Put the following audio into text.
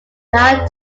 are